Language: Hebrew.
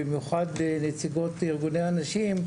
במיוחד נציגות ארגוני הנשים,